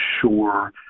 sure